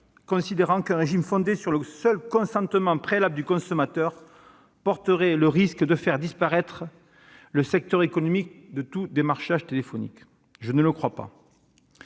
considéré qu'un régime fondé sur le seul consentement préalable du consommateur risquerait de faire disparaître le secteur économique du démarchage téléphonique. Je ne partage pas